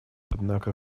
однако